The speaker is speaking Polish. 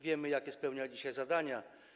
Wiemy, jakie spełnia dzisiaj zadania.